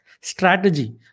Strategy